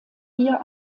vier